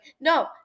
no